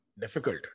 difficult